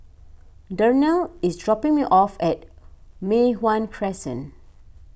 Darnell is dropping me off at Mei Hwan Crescent